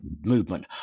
movement